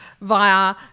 via